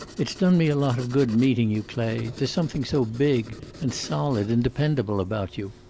it's done me a lot of good, meeting you, clay. there's something so big and solid and dependable about you.